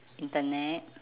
internet